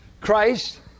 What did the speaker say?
Christ